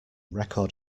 record